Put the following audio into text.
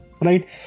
right